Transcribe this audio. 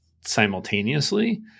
simultaneously